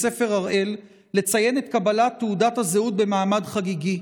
ספר הראל לציין את קבלת תעודת הזהות במעמד חגיגי.